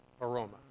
aroma